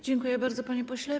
Dziękuję bardzo, panie pośle.